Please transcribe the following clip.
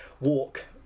walk